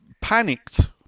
panicked